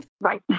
Right